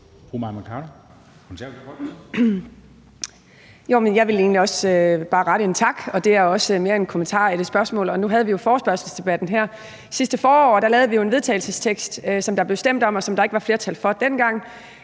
tak for det her og mere komme med en kommentar end med et spørgsmål. Nu havde vi jo forespørgselsdebatten her sidste forår, og der lavede vi jo en vedtagelsestekst, som der blev stemt om, og som der ikke var flertal for dengang,